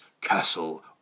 Castle